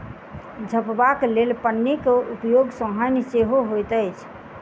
झपबाक लेल पन्नीक उपयोग सॅ हानि सेहो होइत अछि